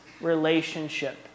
relationship